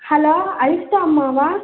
hello Aisha அம்மாவா